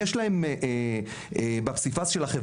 הם מעסיקים עובדים; יש להם המון פלוסים בפסיפס של החברה.